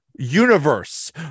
universe